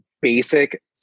basic